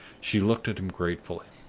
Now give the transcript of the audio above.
she looked at him gratefully.